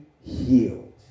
healed